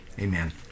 amen